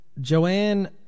Joanne